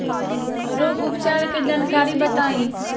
रोग उपचार के जानकारी बताई?